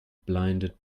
blinded